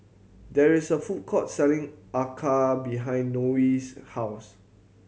there is a food court selling Acar behind Nonie's house